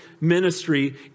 ministry